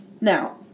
Now